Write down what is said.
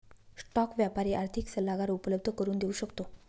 stock व्यापारी आर्थिक सल्लागार उपलब्ध करून देऊ शकतो